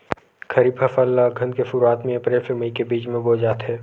खरीफ फसल ला अघ्घन के शुरुआत में, अप्रेल से मई के बिच में बोए जाथे